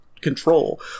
Control